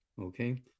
okay